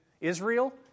Israel